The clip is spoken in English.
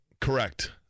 Correct